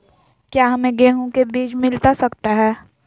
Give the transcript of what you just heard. क्या हमे गेंहू के बीज मिलता सकता है?